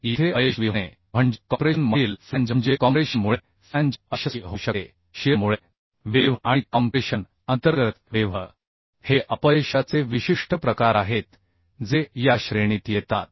येथे अयशस्वी होणे म्हणजे कॉम्प्रेशन मधील फ्लॅंज म्हणजे कॉम्प्रेशन मुळे फ्लॅंज अयशस्वी होऊ शकते शिअर मुळे वेव्ह आणि कॉम्प्रेशन अंतर्गत वेव्ह हे अपयशाचे विशिष्ट प्रकार आहेत जे या श्रेणीत येतात